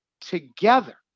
together